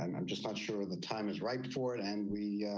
i'm just not sure the time is ripe for it. and we,